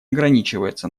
ограничивается